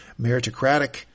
meritocratic